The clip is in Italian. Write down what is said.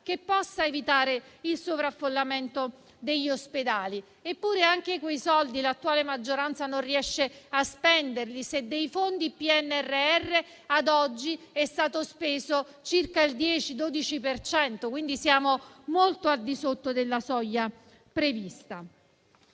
che possa evitare il sovraffollamento degli ospedali. Eppure, anche quei soldi l'attuale maggioranza non riesce a spenderli, se dei fondi PNRR ad oggi è stato speso circa il 10-12 per cento, quindi molto al di sotto della soglia prevista.